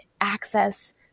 access